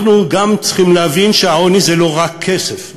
אנחנו גם צריכים להבין שעוני זה לא רק כסף,